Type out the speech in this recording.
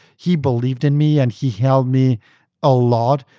he believed in me and he helped me a lot.